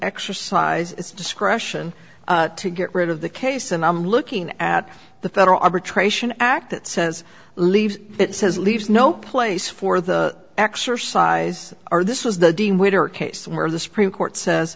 exercise its discretion to get rid of the case and i'm looking at the federal arbitration act that says leave it says leaves no place for the exercise or this was the dean witter case where the supreme court says